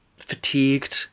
fatigued